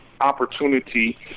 opportunity